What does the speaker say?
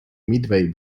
midway